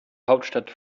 hauptstadt